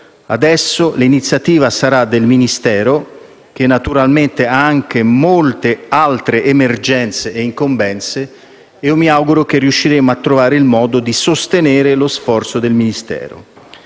Adesso l'iniziativa sarà del Ministero, che naturalmente ha anche molte altre emergenze e incombenze, e mi auguro che riusciremo a trovare il modo di sostenere il suo sforzo. Il secondo